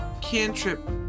cantrip